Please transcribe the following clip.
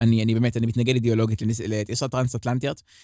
אני-אני באמת, אני מתנגד אידיאולוגית לנסי-ל-טיסות טרנס-אטלנטיות.